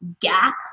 gap